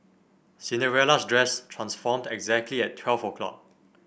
Cinderella's dress transformed exactly at twelve o'clock